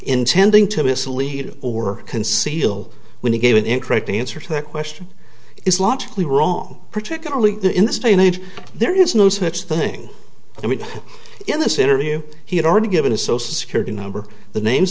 intending to mislead or conceal when he gave an incorrect answer to the question is logically wrong particularly in this day and age there is no such thing i mean in this interview he had already given his social security number the names